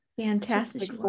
Fantastic